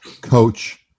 coach